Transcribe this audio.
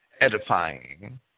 edifying